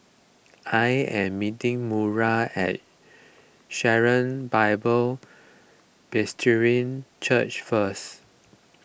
I am meeting Maura at Sharon Bible Presbyterian Church first